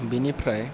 बिनिफ्राय